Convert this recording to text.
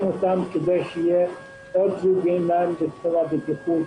אותם כדי שיהיה עוד זוג עיניים לתחום הבטיחות,